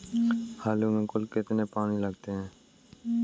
आलू में कुल कितने पानी लगते हैं?